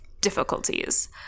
difficulties